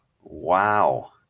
Wow